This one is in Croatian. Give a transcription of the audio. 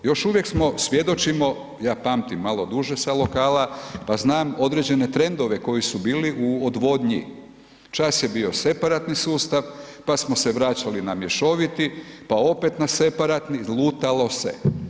Još uvijek smo svjedočimo, ja pamtim malo duže sa lokala, pa znam određene trendove, koji su bili u odvodnji, čas je bio separativni sustav, pa smo se vraćali na mješoviti, pa opet na separatni, lutalo se.